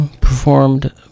performed